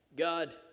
God